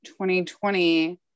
2020